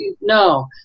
No